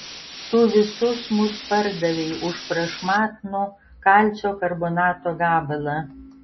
tu visus mus pardavei už prašmatnų kalcio karbonato gabalą